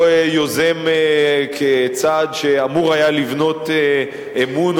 או כצעד שאמור היה לבנות אמון,